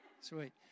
Sweet